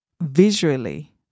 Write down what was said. visually